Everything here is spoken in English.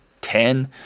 ten